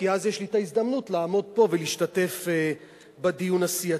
כי אז יש לי ההזדמנות לעמוד פה ולהשתתף בדיון הסיעתי.